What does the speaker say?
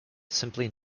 simply